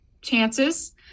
chances